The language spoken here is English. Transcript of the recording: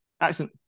accent